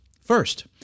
First